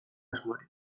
asmorik